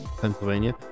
pennsylvania